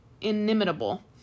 inimitable